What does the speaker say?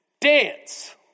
dance